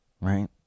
right